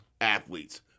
athletes